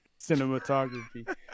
cinematography